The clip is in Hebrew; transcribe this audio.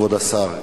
כבוד השר,